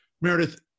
Meredith